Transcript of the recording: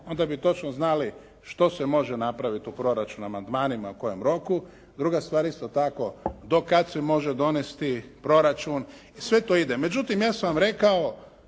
onda bi točno znali što se može napraviti u proračunu amandmanima u kojem roku. Druga stvar isto tako do kad se može donesti proračun i sve to ide. Međutim, ja sam vam rekao